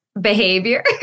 behavior